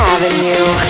Avenue